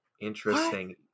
Interesting